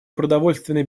продовольственной